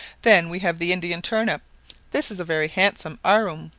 then we have the indian turnip this is a very handsome arum,